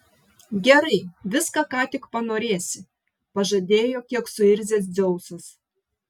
gerai viską ką tik panorėsi pažadėjo kiek suirzęs dzeusas